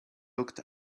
looked